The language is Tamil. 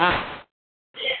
ஆ